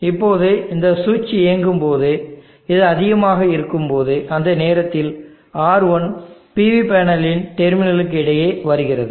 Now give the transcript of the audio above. இப்போது இந்த சுவிட்ச் இயங்கும் போது இது அதிகமாக இருக்கும்போது அந்த நேரத்தில் R1 PV பேனலின் டெர்மினலுக்கு இடையே வருகிறது